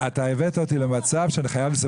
התגמולים והזכאויות